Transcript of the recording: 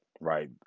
right